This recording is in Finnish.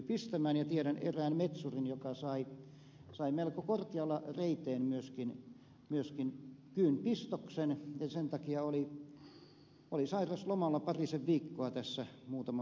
tiedän erään metsurin joka sai melko korkealle reiteen myöskin kyyn pistoksen ja sen takia oli sairauslomalla parisen viikkoa muutama vuosi sitten